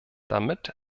damit